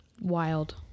Wild